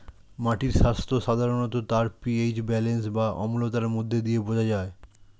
মাটির স্বাস্থ্য সাধারণত তার পি.এইচ ব্যালেন্স বা অম্লতার মধ্য দিয়ে বোঝা যায়